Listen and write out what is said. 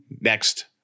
Next